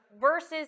versus